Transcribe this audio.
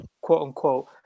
quote-unquote